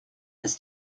ist